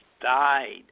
died